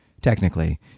Technically